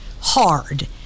hard